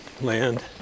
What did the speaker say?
land